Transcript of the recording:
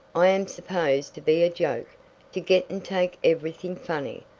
i am supposed to be a joke to get and take everything funny.